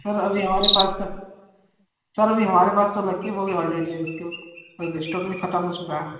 sir अभी हमारे पास तो सर अभी हमारे पास तो लक्की भोग ऑलरेडी है उसके सब स्टॉक में ख़त्म हो चुका है